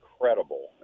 incredible